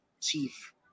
chief